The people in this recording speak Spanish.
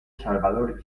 salvador